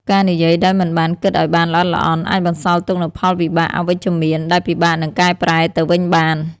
ការនិយាយដោយមិនបានគិតឱ្យបានល្អិតល្អន់ អាចបន្សល់ទុកនូវផលវិបាកអវិជ្ជមាន ដែលពិបាកនឹងកែប្រែទៅវិញបាន។